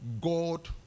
god